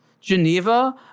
Geneva